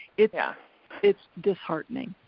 it's yeah it's disheartening,